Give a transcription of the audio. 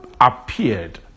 appeared